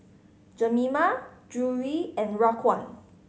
Jemima Drury and Raquan